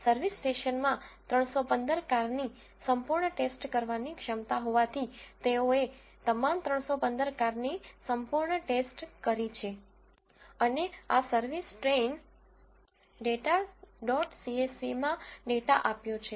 service સ્ટેશનમાં 315 કારની સંપૂર્ણ ટેસ્ટ કરવાની ક્ષમતા હોવાથી તેઓએ તમામ 315 કારની સંપૂર્ણ ટેસ્ટ કરી છે અને આ સર્વિસ ટ્રેઈનડેટા ડોટ સીએસવી માં ડેટા આપ્યો છે